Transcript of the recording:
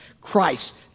Christ